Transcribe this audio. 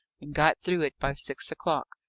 and got through it by six o'clock,